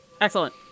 Excellent